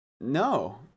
No